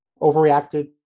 overreacted